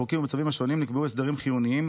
בחוקים ובצווים השונים נקבעו הסדרים חיוניים